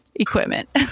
equipment